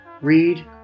read